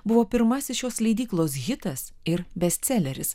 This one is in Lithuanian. buvo pirmasis šios leidyklos hitas ir bestseleris